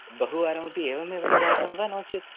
बहुवारम् अपि एवं एवं जातं वा नोचेत्